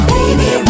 Baby